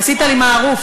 עשית לי מערוף.